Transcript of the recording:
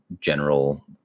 general